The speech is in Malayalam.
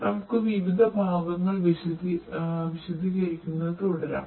നമുക്ക് വിധ ഭാഗങ്ങൾ വിശദീകരിക്കുന്നത് തുടരാം